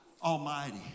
Almighty